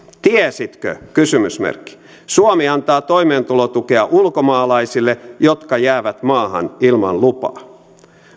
tiesitkö suomi antaa toimeentulotukea ulkomaalaisille jotka jäävät maahan ilman lupaa